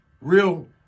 real